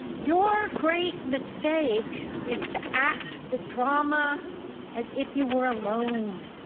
your great mistake is to act the drama as if you were alone.